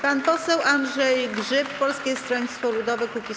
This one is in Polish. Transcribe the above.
Pan poseł Andrzej Grzyb, Polskie Stronnictwo Ludowe - Kukiz15.